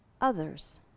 others